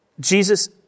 Jesus